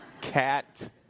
cat